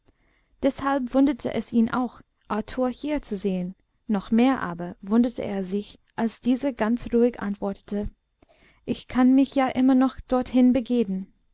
deshalb wunderte es ihn auch arthur hier zu sehen noch mehr aber wunderte er sich als dieser ganz ruhig antwortete ich kann mich ja immer noch dorthin begeben